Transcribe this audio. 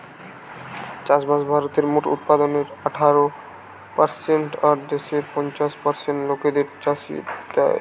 চাষবাস ভারতের মোট উৎপাদনের আঠারো পারসেন্ট আর দেশের পঞ্চাশ পার্সেন্ট লোকদের চাকরি দ্যায়